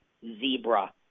Zebra